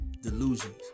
delusions